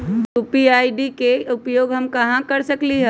UPI ID के उपयोग हम कहां कहां कर सकली ह?